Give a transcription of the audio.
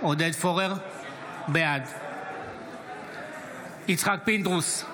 בעד יצחק פינדרוס,